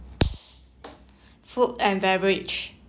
food and beverage